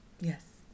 Yes